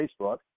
Facebook